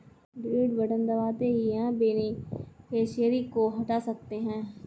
delete button दबाते ही आप बेनिफिशियरी को हटा सकते है